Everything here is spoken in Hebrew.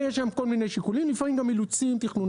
ויש להם כל מיני שיקולים ולפעמים גם אילוצים תכנוניים.